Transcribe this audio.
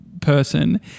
person